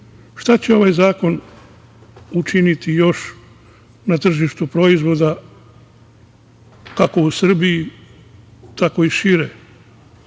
će ovaj zakon učiniti još na tržištu proizvoda, kako u Srbiji, tako i šire,